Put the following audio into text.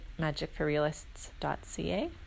magicforrealists.ca